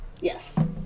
Yes